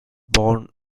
born